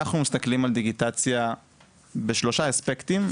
אנחנו מסתכלים על דיגיטציה בשלושה אספקטים.